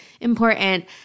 important